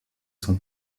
son